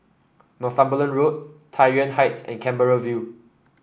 Northumberland Road Tai Yuan Heights and Canberra View